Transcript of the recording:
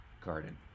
garden